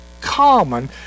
common